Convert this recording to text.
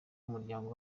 umuryango